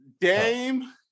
Dame